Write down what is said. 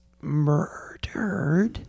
murdered